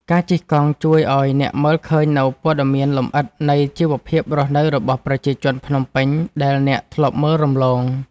ការជិះកង់ជួយឱ្យអ្នកមើលឃើញនូវព័ត៌មានលម្អិតនៃជីវភាពរស់នៅរបស់ប្រជាជនភ្នំពេញដែលអ្នកធ្លាប់មើលរំលង។